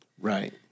Right